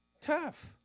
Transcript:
Tough